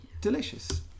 delicious